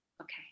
Okay